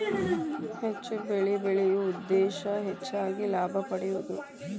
ಹೆಚ್ಚು ಬೆಳಿ ಬೆಳಿಯು ಉದ್ದೇಶಾ ಹೆಚಗಿ ಲಾಭಾ ಪಡಿಯುದು